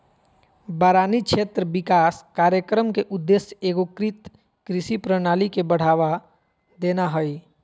बारानी क्षेत्र विकास कार्यक्रम के उद्देश्य एगोकृत कृषि प्रणाली के बढ़ावा देना हइ